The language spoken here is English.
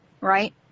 Right